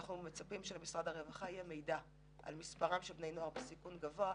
אנחנו מצפים שלמשרד הרווחה יהיה מידע על מספרם של בני נוער בסיכון גבוה,